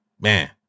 Man